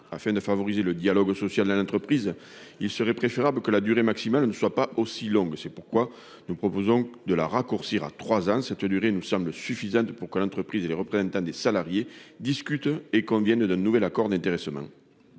Afin de favoriser le dialogue social dans l'entreprise, il serait préférable que la durée maximale ne soit pas aussi longue. Nous proposons donc de la raccourcir à trois ans. Cette durée nous semble suffisante pour que l'entreprise et les représentants des salariés discutent et conviennent d'un nouvel accord d'intéressement.